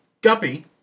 Guppy